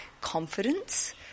confidence